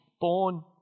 born